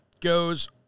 goes